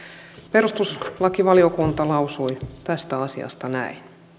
perustuslakivaliokunta lausui tästä asiasta näin